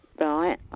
Right